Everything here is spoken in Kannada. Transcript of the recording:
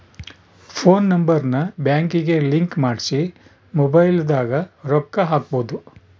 ಫೋನ್ ನಂಬರ್ ನ ಬ್ಯಾಂಕಿಗೆ ಲಿಂಕ್ ಮಾಡ್ಸಿ ಮೊಬೈಲದಾಗ ರೊಕ್ಕ ಹಕ್ಬೊದು